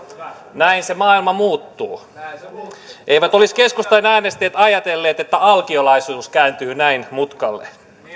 näin se maailma muuttuu eivät olisi keskustan äänestäjät ajatelleet että alkiolaisuus kääntyy näin mutkalle